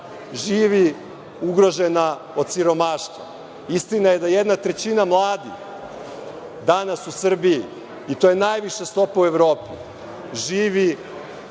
živi ugrožena od siromaštva. Istina je da jedna trećina mladih danas u Srbiji, i to je najviša stopa u Evropi, živi